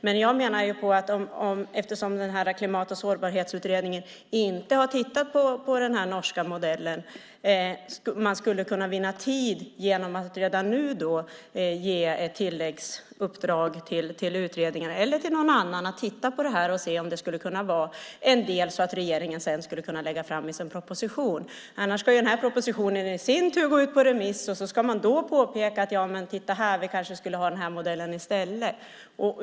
Men eftersom Klimat och sårbarhetsutredningen inte har tittat på den norska modellen menar jag att vi skulle kunna vinna tid genom att redan nu ge ett tilläggsuppdrag till utredningen eller till någon annan att titta närmare på det här och se om det skulle kunna vara något som regeringen sedan skulle kunna lägga fram i sin proposition. Annars ska propositionen i sin tur gå ut på remiss och det ska påpekas att vi kanske skulle ha den här modellen i stället.